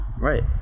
right